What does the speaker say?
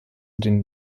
den